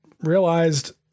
realized